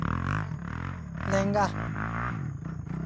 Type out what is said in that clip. ᱞᱮᱝᱜᱟ